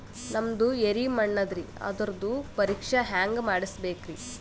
ನಮ್ದು ಎರಿ ಮಣ್ಣದರಿ, ಅದರದು ಪರೀಕ್ಷಾ ಹ್ಯಾಂಗ್ ಮಾಡಿಸ್ಬೇಕ್ರಿ?